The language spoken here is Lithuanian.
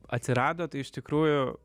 atsirado tai iš tikrųjų